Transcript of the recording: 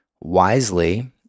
wisely